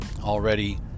already